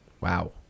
Wow